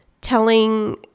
telling